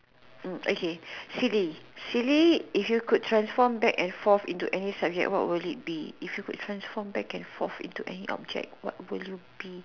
oh okay silly silly if you could transform back and forth into any subject what will you be if you could transform back and forth into any object what will you be